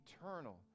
eternal